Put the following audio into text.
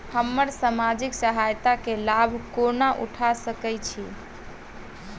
हम सामाजिक सहायता केँ लाभ कोना उठा सकै छी?